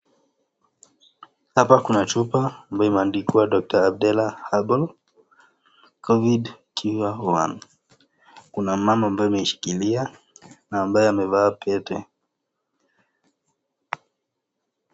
Hapa kuna chupa ambayo imeandikwa Dr. Abdalla Herbal. COVID CURE ONE. Kuna mama ambaye ameishikilia na ambaye amevaa pete.